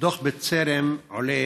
מדוח בטרם עולה